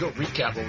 recap